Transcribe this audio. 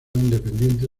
independiente